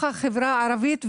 החברה הערבית.